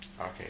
Okay